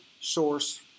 source